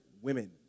women